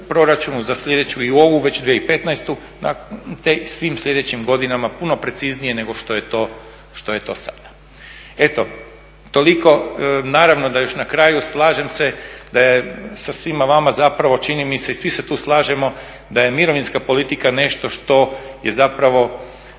proračunu za sljedeću i ovu, već 2015., te svim sljedećim godinama, puno preciznije nego što je to sada. Eto, toliko. Naravno da još na kraju, slažem se sa svima vama, zapravo čini mi se i svi se tu slažemo da je mirovinska politika nešto što je zapravo